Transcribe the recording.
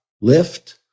lift